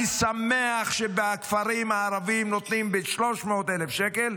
אני שמח שבכפרים הערביים נותנים ב-300,000 שקל,